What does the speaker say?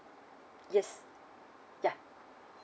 yes ya